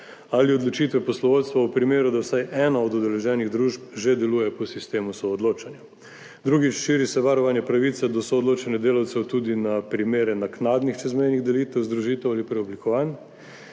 ali odločitve poslovodstva v primeru, da vsaj ena od udeleženih družb že deluje po sistemu soodločanja. Drugič, širi se varovanje pravice do soodločanja delavcev tudi na primere naknadnih čezmejnih delitev, združitev ali preoblikovanj.